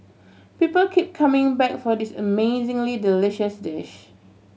people keep coming back for this amazingly delicious dish